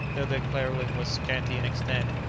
though their clothing was scanty in extent,